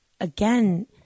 again